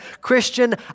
Christian